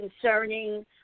concerning